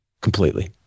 Completely